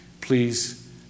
Please